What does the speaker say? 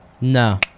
No